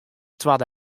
twadde